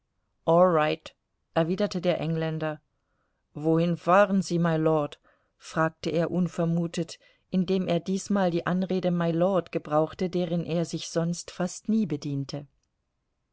all right erwiderte der engländer wohin fahren sie mylord fragte er unvermutet indem er diesmal die anrede mylord gebrauchte deren er sich sonst fast nie bediente